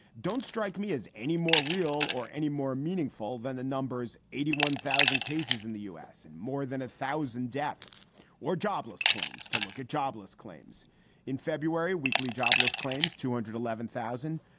don't strike me as any more real or any more meaningful than the numbers. eighty one thousand cases in the us and more than a thousand deaths or jobless claims to look at jobless claims in february, a weekly jobless claims two hundred eleven thousand,